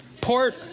port